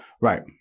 Right